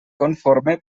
conforme